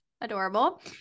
adorable